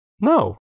No